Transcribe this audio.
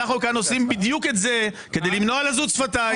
אנחנו כאן עושים בדיוק את זה כדי למנוע לזות שפתיים.